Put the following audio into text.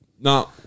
no